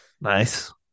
Nice